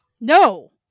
No